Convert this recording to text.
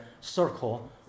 circle